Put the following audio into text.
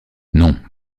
non